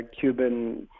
Cuban